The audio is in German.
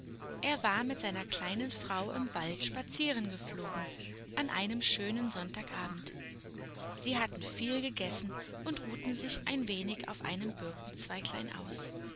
er war mit seiner kleinen frau im wald spazierengeflogen an einem schönen sonntagabend sie hatten viel gegessen und ruhten sich ein wenig auf einem birkenzweiglein aus